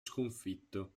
sconfitto